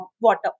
water